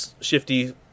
shifty